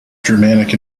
germanic